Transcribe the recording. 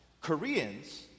Koreans